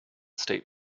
state